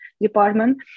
department